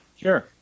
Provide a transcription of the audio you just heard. Sure